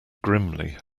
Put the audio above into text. grimly